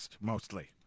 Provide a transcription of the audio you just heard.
mostly